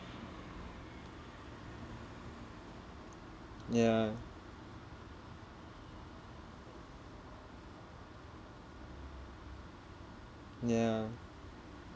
ya ya